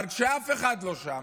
אבל כשאף אחד לא שם,